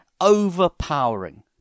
overpowering